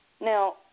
Now